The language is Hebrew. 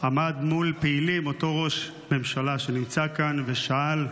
עמד מול פעילים אותו ראש ממשלה שנמצא כאן ושאל: